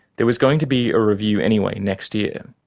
there was going to be a review anyway, next year.